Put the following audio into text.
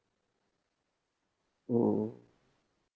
oh